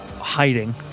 Hiding